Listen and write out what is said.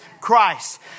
Christ